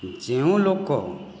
ଯେଉଁ ଲୋକ